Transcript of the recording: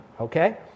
Okay